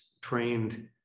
trained